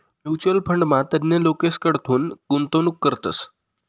mutual फंडमा तज्ञ लोकेसकडथून गुंतवणूक करतस